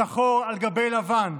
שחור על גבי לבן,